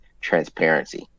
transparency